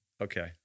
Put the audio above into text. Okay